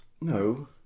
No